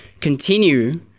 Continue